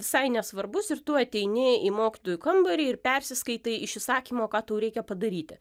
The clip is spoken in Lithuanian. visai nesvarbus ir tu ateini į mokytojų kambarį ir persiskaitai iš įsakymo ką tau reikia padaryti